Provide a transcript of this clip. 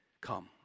come